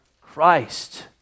Christ